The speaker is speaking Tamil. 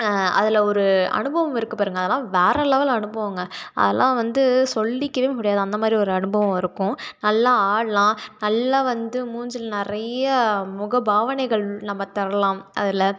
அதில் ஒரு அனுபவம் இருக்குது பாருங்க அதெல்லாம் வேறு லெவல் அனுபவம்ங்க அதெல்லாம் வந்து சொல்லிக்கவே முடியாது அதுமாரி ஒரு அனுபவம் இருக்கும் நல்லா ஆடலாம் நல்லா வந்து மூஞ்சியில் நிறையா முக பாவனைகள் நம்ப தரலாம் அதில்